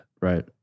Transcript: Right